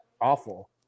awful